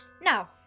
Now